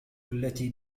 التي